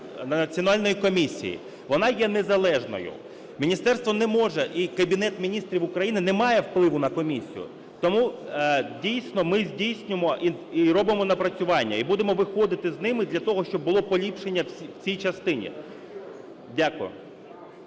національної комісії, вона є незалежною. Міністерство не може і Кабінет Міністрів України не має впливу на комісію, тому дійсно ми здійснюємо і робимо напрацювання, і будемо виходити з ними для того, щоб було поліпшення в цій частині. Дякую.